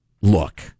Look